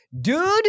dude